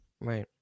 right